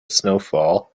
snowfall